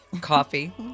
Coffee